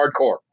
hardcore